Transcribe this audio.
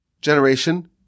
generation